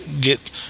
get